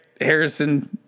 Harrison